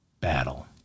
battle